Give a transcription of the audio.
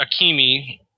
Akimi –